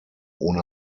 ohne